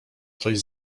coś